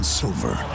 silver